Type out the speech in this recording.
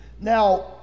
Now